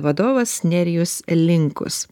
vadovas nerijus linkus